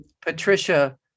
Patricia